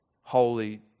Holy